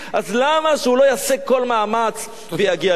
אז למה שהוא לא יעשה כל מאמץ ויגיע לכאן?